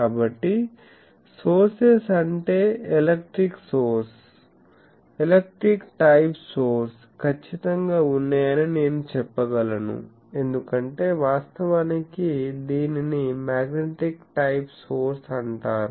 కాబట్టి సోర్సెస్ అంటే electric source electric type source ఖచ్చితంగా ఉన్నాయని నేను చెప్పగలను ఎందుకంటే వాస్తవానికి దీనిని మ్యాగ్నెటిక్ టైప్ సోర్స్ అంటారు